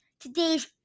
today's